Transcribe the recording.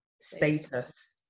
status